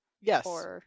Yes